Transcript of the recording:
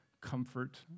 comfort